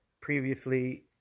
previously